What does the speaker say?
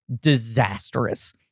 disastrous